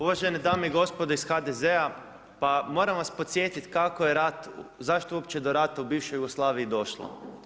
Uvažene dame i gospodo iz HDZ-a, pa moram vas podsjetiti kako je rat, zašto je uopće do rata u bivšoj Jugoslaviji došlo.